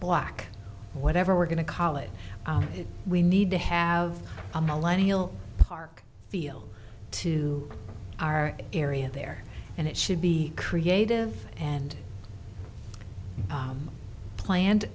black whatever we're going to college we need to have a millennial park feel to our area there and it should be creative and planned